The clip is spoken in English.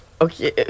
okay